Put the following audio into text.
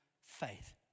faith